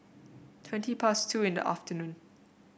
twenty past two in the afternoon